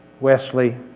Wesley